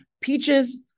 peaches